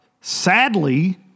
Sadly